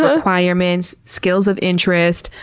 ah requirements, skills of interest,